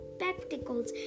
spectacles